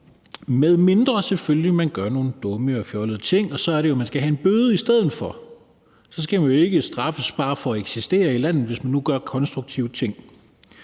ting selvfølgelig, og så er det jo, at man skal have en bøde i stedet for. Man skal jo ikke straffes bare for at eksistere i landet, hvis man nu gør konstruktive ting.